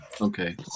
Okay